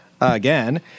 again